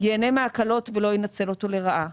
ייהנה מההקלות ולא ינצל אותו לרעה.